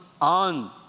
on